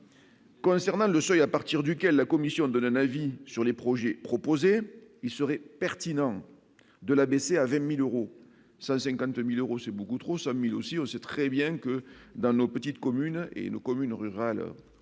Concernant le seuil à partir duquel la commission de la NAVY sur les projets proposés, il serait pertinent de l'abaisser, avait 1000 euros 50000 euros, c'est beaucoup trop SAMU aussi on sait très bien que dans nos petites communes et nos communes rurales